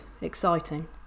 exciting